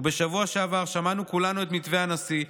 ובשבוע שעבר שמענו כולנו את מתווה הנשיא.